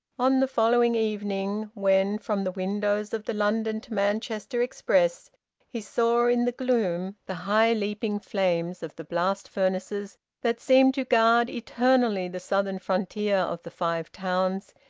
on the following evening, when from the windows of the london-to-manchester express he saw in the gloom the high-leaping flames of the blast-furnaces that seem to guard eternally the southern frontier of the five towns,